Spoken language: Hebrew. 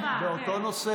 אני מעדיפה,